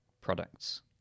products